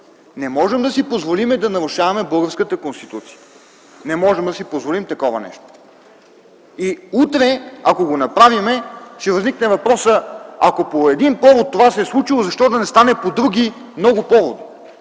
Не можем да си позволим да нарушаваме българската Конституция. Не можем да си позволим такова нещо. Утре, ако го направим, ще възникне въпросът: ако по един повод това се е случило, защо да не стане по други, много поводи?